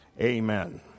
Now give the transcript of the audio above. Amen